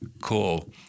cool